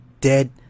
dead